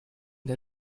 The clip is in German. der